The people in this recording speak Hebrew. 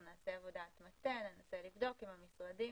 אנחנו נעשה עבודת מטה וננסה לבדוק עם המשרדים.